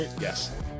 Yes